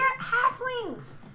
halflings